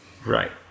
Right